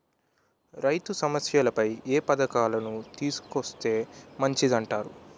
రైతు సమస్యలపై ఏ పథకాలను తీసుకొస్తే మంచిదంటారు?